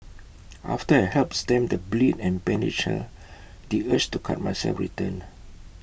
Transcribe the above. after I helped stem the bleed and bandaged her the urge to cut myself returned